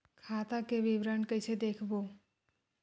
खाता के विवरण कइसे देखबो?